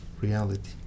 reality